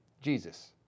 Jesus